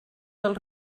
del